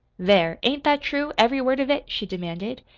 there, ain't that true every word of it? she demanded.